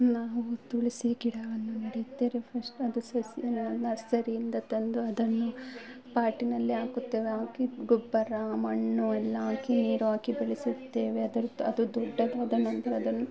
ನಾವು ತುಳಸಿ ಗಿಡವನ್ನು ನೆಡುತ್ತೇವೆ ಫಸ್ಟು ಅದ್ರ ಸಸಿನ ನರ್ಸರಿಯಿಂದ ತಂದು ಅದನ್ನು ಪಾಟಿನಲ್ಲಿ ಹಾಕುತ್ತೇವೆ ಹಾಕಿ ಗೊಬ್ಬರ ಮಣ್ಣು ಎಲ್ಲ ಹಾಕಿ ನೀರು ಹಾಕಿ ಬೆಳೆಸುತ್ತೇವೆ ಅದ್ರದು ಅದು ದೊಡ್ಡದಾದ ನಂತರ ಅದನ್ನು